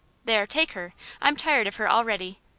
there, take her i'm tired of her already.